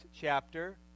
chapter